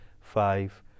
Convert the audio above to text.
five